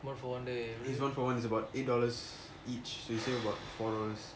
each one for one is about eight dollars each which is basically about four dollars